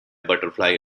butterfly